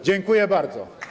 Dziękuję bardzo.